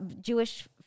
Jewish